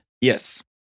Yes